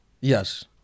yes